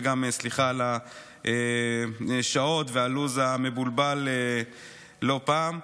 וגם סליחה על השעות והלו"ז המבולבל לא פעם.